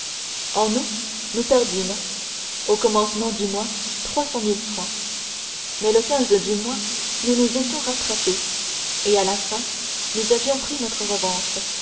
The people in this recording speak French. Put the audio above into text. en août nous perdîmes au commencement du mois trois cent mille francs mais le du mois nous nous étions rattrapés et à la fin nous avions pris notre revanche